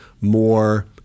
more